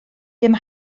dim